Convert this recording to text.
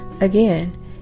Again